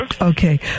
Okay